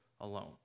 alone